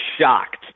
shocked